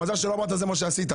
מזל שלא אמרת שזה מה שעשית.